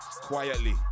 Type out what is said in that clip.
Quietly